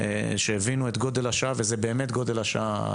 שהבינה את גודל השעה וזו באמת גודל השעה.